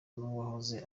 n’uwahoze